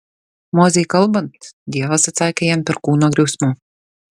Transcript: mozei kalbant dievas atsakė jam perkūno griausmu